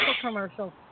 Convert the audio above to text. commercial